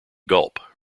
gulp